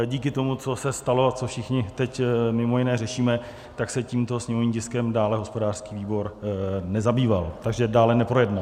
Díky tomu, co se stalo a co všichni teď mimo jiné řešíme, se tímto sněmovním tiskem dále hospodářský výbor nezabýval, dále jej neprojednával.